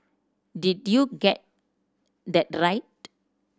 did you get that right